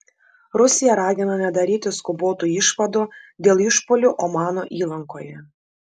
rusija ragina nedaryti skubotų išvadų dėl išpuolių omano įlankoje